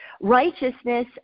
Righteousness